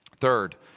Third